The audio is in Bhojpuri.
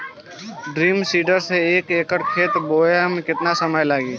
ड्रम सीडर से एक एकड़ खेत बोयले मै कितना समय लागी?